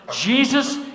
Jesus